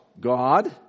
God